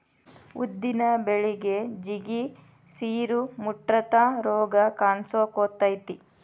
ಉದ್ದಿನ ಬಳಿಗೆ ಜಿಗಿ, ಸಿರು, ಮುಟ್ರಂತಾ ರೋಗ ಕಾನ್ಸಕೊತೈತಿ